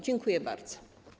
Dziękuję bardzo.